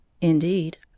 Indeed